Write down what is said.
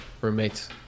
roommate's